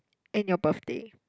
and your birthday